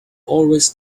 always